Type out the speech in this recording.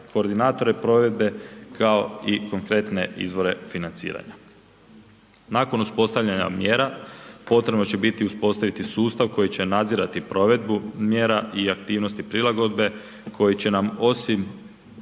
koordinatore provedbe, kao i konkretne izvore financiranja. Nakon uspostavljanja mjera, potrebno će biti uspostaviti sustav koji će nadzirati provedbu mjera i aktivnosti prilagodbe, koji će nam osim